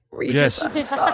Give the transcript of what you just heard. Yes